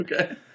Okay